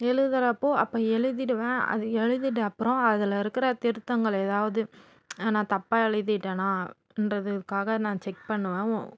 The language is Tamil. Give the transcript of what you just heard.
எழுதறப்போ அப்போ எழுதிடுவேன் அது எழுதிட்ட அப்பறம் அதில் இருக்கிற திருத்தங்கள் ஏதாவது நான் தப்பாக எழுதிட்டனா என்றதுக்காக நான் செக் பண்ணுவேன் ஊன்